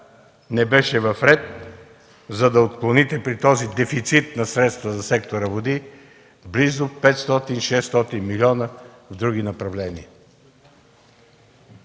не беше в ред, за да отклоните при този дефицит на средства в сектора „Води” близо 500-600 милиона в други направления?